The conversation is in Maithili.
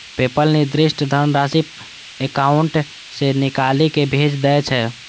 पेपल निर्दिष्ट धनराशि एकाउंट सं निकालि कें भेज दै छै